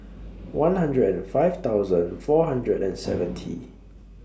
one hundred and five thousand four hundred and seventy